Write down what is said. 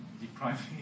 depriving